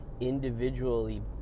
individually